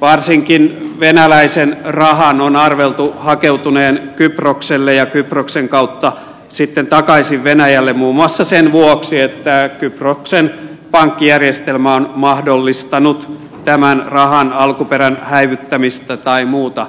varsinkin venäläisen rahan on arveltu hakeutuneen kyprokselle ja kyproksen kautta sitten takaisin venäjälle muun muassa sen vuoksi että kyproksen pankkijärjestelmä on mahdollistanut tämän rahan alkuperän häivyttämistä tai muuta